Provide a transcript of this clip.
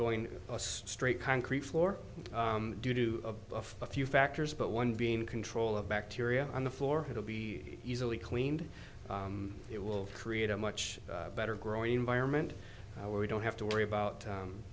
going straight concrete floor due to of a few factors but one being in control of bacteria on the floor it'll be easily cleaned it will create a much better growing environment where we don't have to worry about